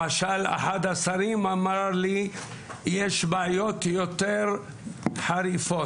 למשל אחד השרים אמר לי שיש בעיות יותר חריפות,